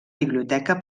biblioteca